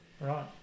right